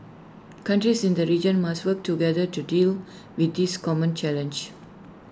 countries in the region must work together to deal with this common challenge